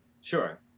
sure